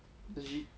legit why